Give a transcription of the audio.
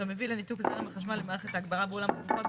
ומביא לניתוק זרם החשמל למערכת ההגברה באולם השמחות,